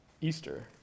Easter